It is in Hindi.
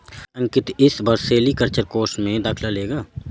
अंकित इस वर्ष सेरीकल्चर कोर्स में दाखिला लेगा